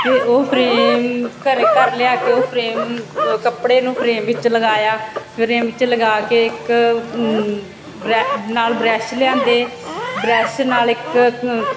ਫਿਰ ਉਹ ਫਰੇਮ ਘਰ ਘਰ ਲਿਆ ਕੇ ਉਹ ਫਰੇਮ ਅ ਕੱਪੜੇ ਨੂੰ ਫਰੇਮ ਵਿੱਚ ਲਗਾਇਆ ਫਰੇਮ 'ਚ ਲਗਾ ਕੇ ਇੱਕ ਬ੍ਰੈ ਨਾਲ ਬ੍ਰੈਸ਼ ਲਿਆਂਦੇ ਬ੍ਰੈਸ਼ ਨਾਲ ਇੱਕ